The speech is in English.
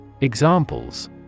Examples